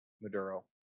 Maduro